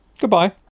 Goodbye